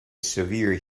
severe